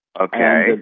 Okay